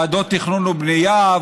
ועדות תכנון ובנייה,